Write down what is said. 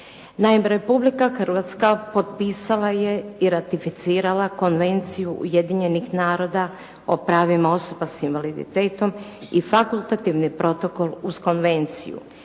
Naime, Republike Hrvatska potpisala je i ratificirala Konvenciju Ujedinjenih naroda o pravima osoba s invaliditetom i fakultativni protokol uz konvenciju